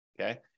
okay